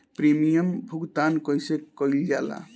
Premium भुगतान कइसे कइल जाला?